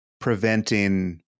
preventing